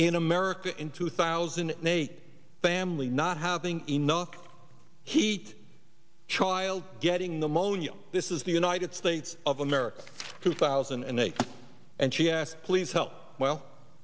in america in two thousand and eight family not having enough heat child getting the monia this is the united states of america two thousand and eight and she asked please help well